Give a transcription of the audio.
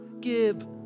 give